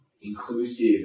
inclusive